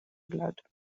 blood